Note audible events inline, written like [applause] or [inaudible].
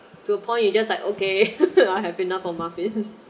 to a point you just like okay [laughs] I have enough of muffins